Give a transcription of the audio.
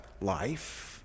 Life